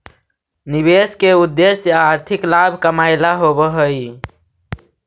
निवेश के उद्देश्य आर्थिक लाभ कमाएला होवऽ हई